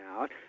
out